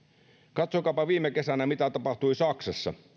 katsokaapa mitä tapahtui viime kesänä saksassa